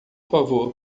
favor